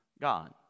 god